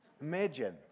Imagine